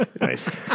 Nice